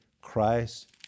Christ